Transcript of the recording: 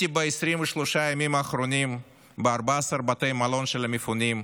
ב-23 הימים האחרונים הייתי ב-14 בתי מלון של המפונים,